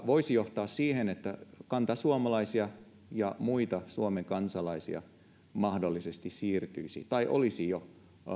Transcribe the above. voisi johtaa siihen että kantasuomalaisia ja muita suomen kansalaisia mahdollisesti siirtyisi tai olisi jo